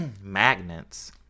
magnets